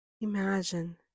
imagine